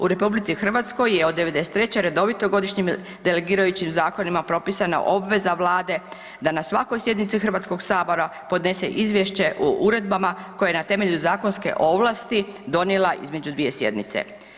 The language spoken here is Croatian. U Republici Hrvatskoj je od 93. redovito godišnjim delegirajućim zakonima propisana obveza Vlade da na svakoj sjednici Hrvatskoga sabora podnese izvješće o uredbama koje je na temelju zakonske ovlasti donijela između dvije sjednice.